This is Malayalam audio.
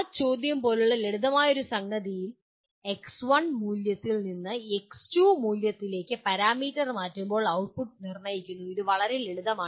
ആ ചോദ്യം പോലുള്ള ഒരു ലളിതമായ സംഗതിയിൽ എക്സ്1 മൂല്യത്തിൽ നിന്ന് എക്സ്2 എന്ന മൂല്യത്തിലേക്ക് പാരാമീറ്റർ മാറുമ്പോൾ ഔട്ട്പുട്ട് നിർണ്ണയിക്കുന്നു അത് വളരെ ലളിതമാണ്